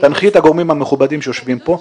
תנחי את הגורמים המכובדים שיושבים פה,